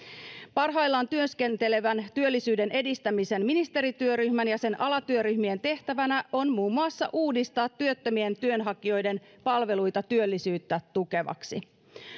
parhaillaan työskentelevän työllisyyden edistämisen ministerityöryhmän ja sen alatyöryhmien tehtävänä on muun muassa uudistaa työttömien työnhakijoiden palveluita työllisyyttä tukevaksi